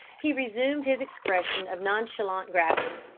he resumed his expression of nonchalant gravity.